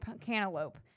cantaloupe